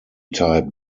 type